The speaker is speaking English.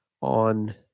on